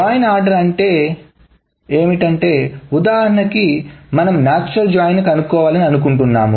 join order అంటే ఏమిటి అంటేఉదాహరణకి మనం నేచురల్ జాయిన్ కనుక్కోవాలి అనుకుంటున్నాo